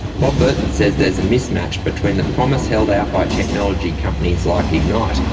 bob burton says there is a mismatch between the promise held out by technology companies like ignite,